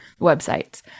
websites